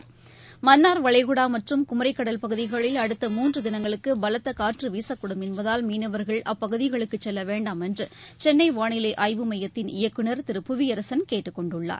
மன்னார் வளைகுடாமற்றும் குமி கடல் பகுதிகளில் அடுத்த மூன்றுதினங்களுக்குபலத்தகாற்றுவீசக்கூடும் என்பதால் மீனவா்கள் அப்பகுதிகளுக்குச் செல்லவேண்டாம் என்றுசென்னைவானிலைஆய்வு மையத்தின் இயக்குநர் திரு புவியரசன் கேட்டுக் கொண்டுள்ளார்